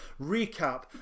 recap